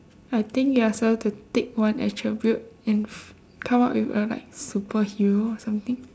I think you are suppose to take one attribute and come up with a like super hero or something